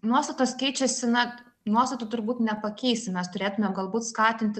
nuostatos keičiasi na nuostatų turbūt nepakeisi mes turėtume galbūt skatinti